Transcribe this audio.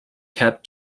kept